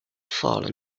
fallen